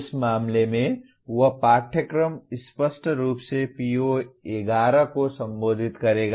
उस मामले में वह पाठ्यक्रम स्पष्ट रूप से PO 11 को संबोधित करेगा